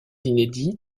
inédit